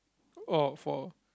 oh for